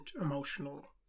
emotional